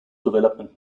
development